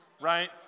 right